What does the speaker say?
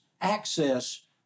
access